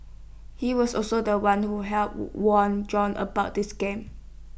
he was also The One who helped warn John about the scam